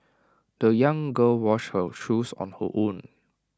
the young girl washed her shoes on her own